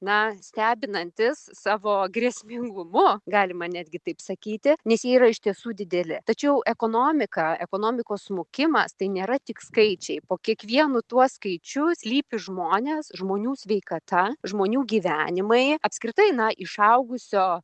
na stebinantys savo grėsmingumu galima netgi taip sakyti nes yra iš tiesų dideli tačiau ekonomika ekonomikos smukimas tai nėra tik skaičiai po kiekvienu tuo skaičiu slypi žmonės žmonių sveikata žmonių gyvenimai apskritai na išaugusio